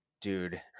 dude